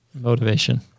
motivation